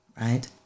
right